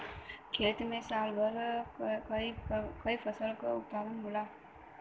खेत में साल भर में कई फसल क उत्पादन कईल जाला